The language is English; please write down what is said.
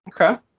Okay